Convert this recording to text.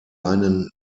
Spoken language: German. einen